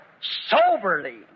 soberly